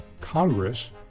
Congress